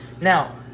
Now